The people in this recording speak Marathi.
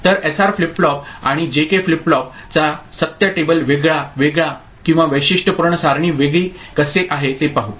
तर एसआर फ्लिप फ्लॉप आणि जे के फ्लिप फ्लॉप चा सत्य टेबल वेगळे किंवा वैशिष्ट्यपूर्ण सारणी वेगळे कसे आहे ते पाहू